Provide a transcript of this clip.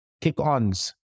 kick-ons